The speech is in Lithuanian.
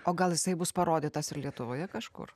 o gal jisai bus parodytas ir lietuvoje kažkur